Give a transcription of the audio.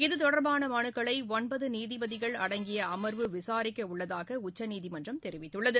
இது தொடா்பான மனுக்களை ஒன்பது நீதிபதிகள் அடங்கிய அம்வு விசாரிக்க உள்ளதாக உச்சநீதிமன்றம் தெரிவித்துள்ளது